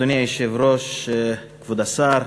אדוני היושב-ראש, כבוד השר,